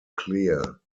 clear